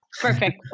perfect